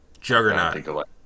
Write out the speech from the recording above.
Juggernaut